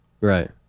right